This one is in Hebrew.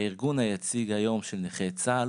הארגון היציג היום של נכי צה"ל,